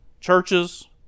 churches